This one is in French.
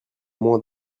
moins